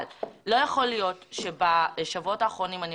לא יכול להיות שבשבועות האחרונים אני